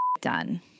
done